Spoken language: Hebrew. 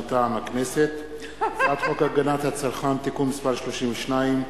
מטעם הכנסת: הצעת חוק הגנת הצרכן (תיקון מס' 32)